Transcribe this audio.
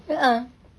a'ah